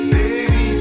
baby